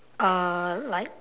a like